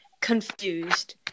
confused